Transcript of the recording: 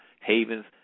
havens